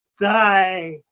die